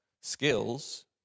skills